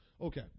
Okay